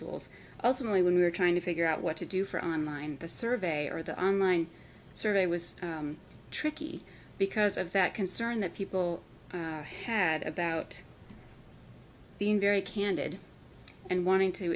tools ultimately when we were trying to figure out what to do for on line a survey or the online survey was tricky because of that concern that people had about being very candid and wanting to